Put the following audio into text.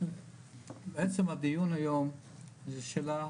עצם הדיון הזה זאת שאלה